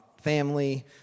family